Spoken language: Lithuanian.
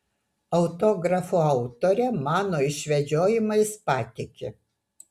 autografų autorė mano išvedžiojimais patiki